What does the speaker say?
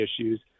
issues